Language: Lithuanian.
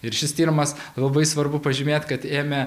ir šis tyrimas labai svarbu pažymėt kad ėmė